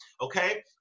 okay